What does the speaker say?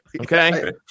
okay